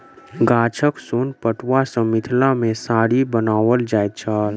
गाछक सोन पटुआ सॅ मिथिला मे साड़ी बनाओल जाइत छल